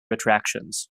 attractions